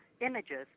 images